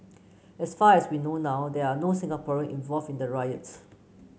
as far as we know now there are no Singaporean involved in the riot